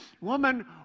woman